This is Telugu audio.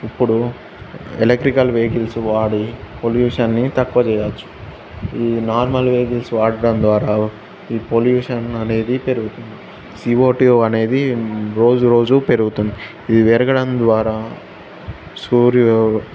ఇప్పుడు ఎలక్ట్రికల్ వెహికల్స్ వాడి పొల్యూషన్ని తక్కువ చేయొచ్చు ఈ నార్మల్ వెహికల్స్ వాడడం ద్వారా ఈ పొల్యూషన్ అనేది పెరుగుతుంది సి ఓ టూ అనేది రోజు రోజు పెరుగుతుంది ఇది పెరగడం ద్వారా సూర్య